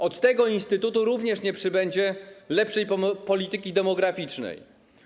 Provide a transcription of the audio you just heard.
Od tego instytutu również nie przybędzie lepszej polityki demograficznej.